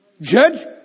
Judge